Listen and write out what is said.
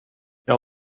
jag